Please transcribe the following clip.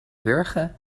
wurgen